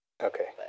Okay